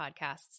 podcasts